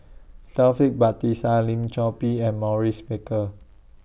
Taufik Batisah Lim Chor Pee and Maurice Baker